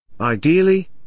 Ideally